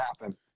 happen